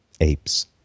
apes